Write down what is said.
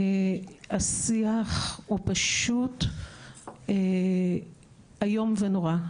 השיח הוא פשוט איום ונורא.